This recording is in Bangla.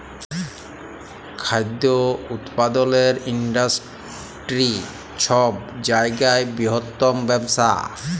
খাদ্য উৎপাদলের ইন্ডাস্টিরি ছব জায়গার বিরহত্তম ব্যবসা